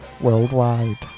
worldwide